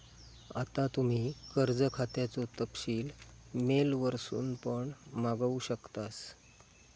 आता तुम्ही कर्ज खात्याचो तपशील मेल वरसून पण मागवू शकतास